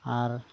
ᱟᱨ